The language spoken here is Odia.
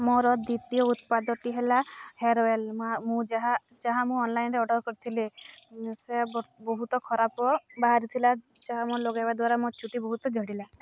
ମୋର ଦ୍ୱିତୀୟ ଉତ୍ପାଦଟି ହେଲା ହେୟାର ଅଏଲ୍ ମୁଁ ଯାହା ଯାହା ମୁଁ ଅନଲାଇନ୍ରେ ଅର୍ଡ଼ର୍ କରିଥିଲି ସେ ବହୁତ ଖରାପ ବାହାରିଥିଲା ଯାହା ମୋ ଲଗାଇବା ଦ୍ୱାରା ମୋ ଚୁଟି ବହୁତ ଝଡ଼ିଲା